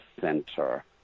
Center